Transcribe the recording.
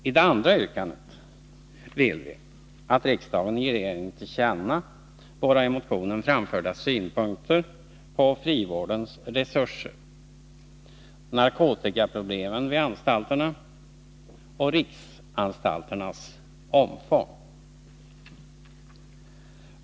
I det andra yrkandet vill vi att riksdagen ger regeringen till känna våra i motionen framförda synpunkter på frivårdens resurser, narkotikaproblemen vid anstalterna och riksanstalternas omfång.